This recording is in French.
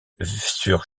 sur